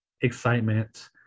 excitement